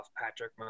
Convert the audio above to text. Patrick